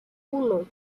uno